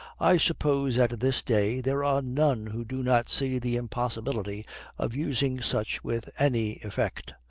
i suppose at this day there are none who do not see the impossibility of using such with any effect.